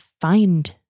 find